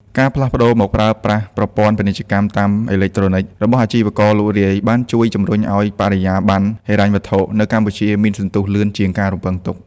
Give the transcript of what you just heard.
ការផ្លាស់ប្តូរមកប្រើប្រាស់ ប្រព័ន្ធពាណិជ្ជកម្មតាមអេឡិចត្រូនិក របស់អាជីវករលក់រាយ បានជួយជម្រុញឱ្យ បរិយាបន្នហិរញ្ញវត្ថុ នៅកម្ពុជាមានសន្ទុះលឿនជាងការរំពឹងទុក។